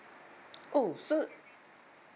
oh so